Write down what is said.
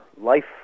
life